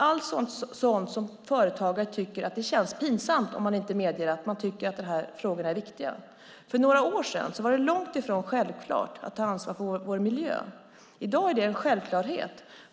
Det blir pinsamt för företagare om de inte medger att de tycker att dessa frågor är viktiga. För några år sedan var det långt ifrån självklart att ta ansvar för vår miljö. I dag är det en självklarhet.